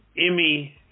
Emmy